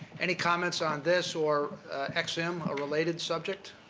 any comments on this or ex-im, a related subject.